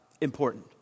important